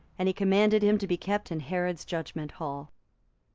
and he commanded him to be kept in herod's judgment hall.